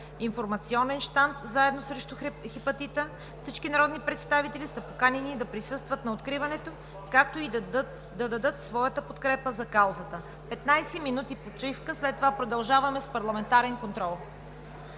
информационен щанд: „Заедно срещу хепатита“. Всички народни представители са поканени да присъстват на откриването, както и да дадат своята подкрепа за каузата. Петнадесет минути почивка, след това продължаваме с парламентарен контрол.